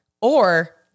Or-